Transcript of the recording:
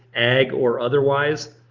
ag or otherwise.